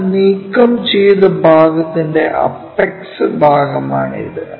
നമ്മൾ നീക്കം ചെയ്ത ഭാഗത്തിന്റെ അപ്പക്സ് ഭാഗമാണ് ഇത്